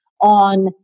on